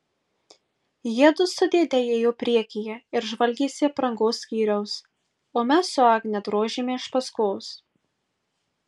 jiedu su dėde ėjo priekyje ir žvalgėsi aprangos skyriaus o mes su agne drožėme iš paskos